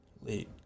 Late